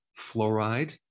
fluoride